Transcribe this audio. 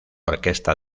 orquesta